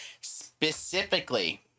specifically